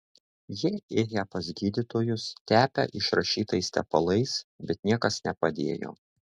jie ėję pas gydytojus tepę išrašytais tepalais bet niekas nepadėjo